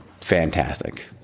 fantastic